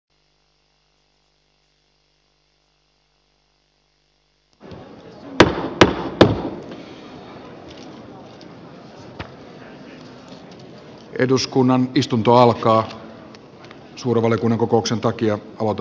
suuren valiokunnan kokouksen takia aloitamme myöhässä